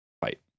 fight